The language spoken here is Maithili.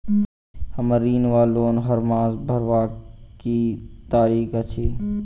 हम्मर ऋण वा लोन हरमास भरवाक की तारीख अछि?